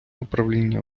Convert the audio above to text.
управління